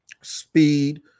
speed